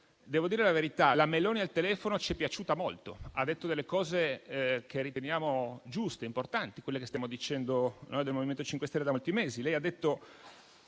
devo dire la verità, la Meloni al telefono ci è piaciuta molto, ha detto delle cose che riteniamo giuste e importanti, quelle che stiamo dicendo noi del MoVimento 5 Stelle da molti mesi. Lei ha detto